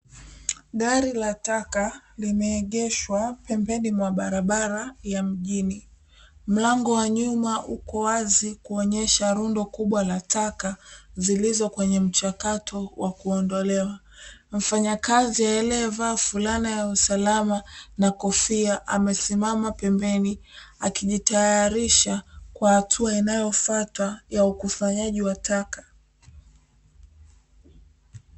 Gari la taka limeegeshwa pembeni mwa barabara ya mjini, mlango wa nyuma upo wazi kuonyesha rundo kubwa la taka zilizo kwenye mchakato wa kuondolewa. Mfanyakazi aliyevaa fulana ya usalama na kofia amesimama pembeni akijitayarisha kwa hatua inayofuata ya ukusanyaji wa taka.